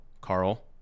Carl